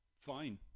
Fine